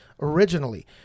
originally